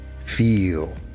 Feel